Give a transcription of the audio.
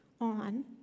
on